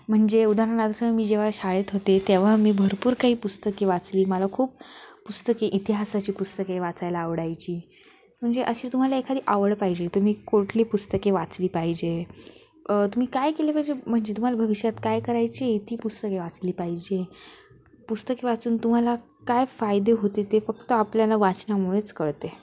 म्हणजे उदाहरणार्थ मी जेव्हा शाळेत होते तेव्हा मी भरपूर काही पुस्तके वाचली मला खूप पुस्तके इतिहासाची पुस्तके वाचायला आवडायची म्हणजे अशी तुम्हाला एखादी आवड पाहिजे तुम्ही कुठली पुस्तके वाचली पाहिजे तुम्ही काय केले पाहिजे म्हणजे तुम्हाला भविष्यात काय करायची ती पुस्तके वाचली पाहिजे पुस्तके वाचून तुम्हाला काय फायदे होते ते फक्त आपल्याला वाचनामुळेच कळते